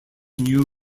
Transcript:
new